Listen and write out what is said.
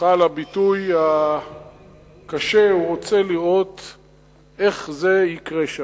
סליחה על הביטוי הקשה, איך זה יקרה שם.